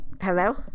Hello